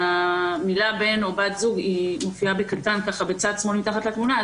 והמילים בן זוג או בת זוג מופיעה בקטן בצד שמאל מתחת לתמונה.